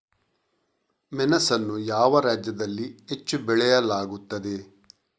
ಮೆಣಸನ್ನು ಯಾವ ರಾಜ್ಯದಲ್ಲಿ ಹೆಚ್ಚು ಬೆಳೆಯಲಾಗುತ್ತದೆ?